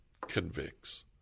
convicts